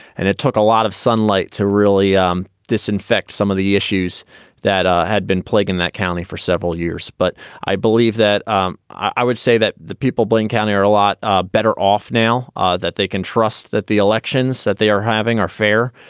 and it took a lot of sunlight to really um disinfect some of the issues that had been plaguing that county for several years. but i believe that um i would say that the people, blaine county are a lot ah better off now ah that they can trust that the elections that they are having are fair,